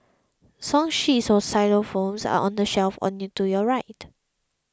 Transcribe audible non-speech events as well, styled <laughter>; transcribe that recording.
song sheets <unintelligible> xylophones are on the shelf on <unintelligible> to your right